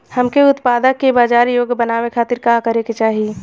हमके उत्पाद के बाजार योग्य बनावे खातिर का करे के चाहीं?